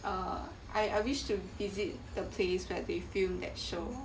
uh I I wish to visit the place where they film that show